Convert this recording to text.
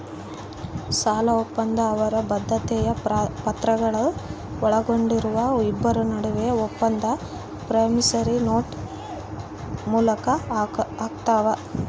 ಸಾಲಒಪ್ಪಂದ ಅವರ ಬದ್ಧತೆಯ ಪತ್ರಗಳು ಒಳಗೊಂಡಿರುವ ಇಬ್ಬರ ನಡುವೆ ಒಪ್ಪಂದ ಪ್ರಾಮಿಸರಿ ನೋಟ್ ಮೂಲಕ ಆಗ್ತಾವ